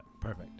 perfect